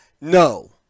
No